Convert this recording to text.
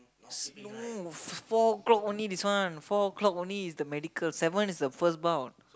slow four o'clock only this one four o'clock only the medical seven is the first bout